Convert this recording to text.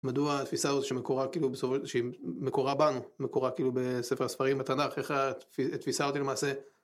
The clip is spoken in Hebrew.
מדוע התפיסה הזו שמקורה בנו, מקורה כאילו בספר הספרים התנ״ך, איך התפיסה הזאת למעשה